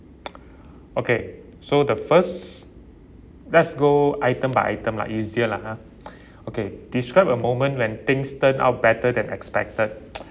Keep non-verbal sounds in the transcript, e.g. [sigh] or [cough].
[noise] okay so the first let's go item by item lah easier lah !huh! [breath] okay describe a moment when things turn out better than expected [noise]